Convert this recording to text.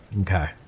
Okay